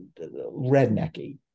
rednecky